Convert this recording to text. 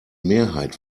mehrheit